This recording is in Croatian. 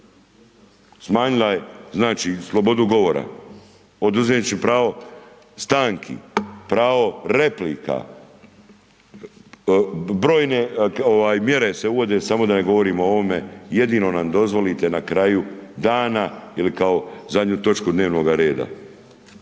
Smanjila je znači slobodu govora oduzevši im pravo stanki, pravo replika, brojne mjere se uvode samo da ne govorimo o ovome, jedino nam dozvolite na kraju dana ili kao zadnju točku dnevnoga reda.